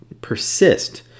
persist